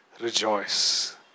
rejoice